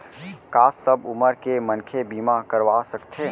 का सब उमर के मनखे बीमा करवा सकथे?